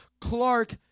Clark